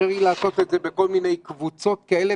אפשרי לעשות את זה בכל מיני קבוצות כאלה